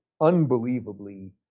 unbelievably